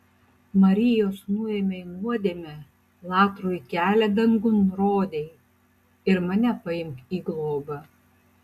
marijos nuėmei nuodėmę latrui kelią dangun rodei ir mane paimk į globą